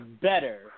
better